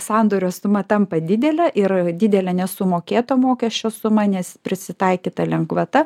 sandorio suma tampa didelė ir didelė nesumokėto mokesčio suma nes prisitaikyta lengvata